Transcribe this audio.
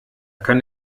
kann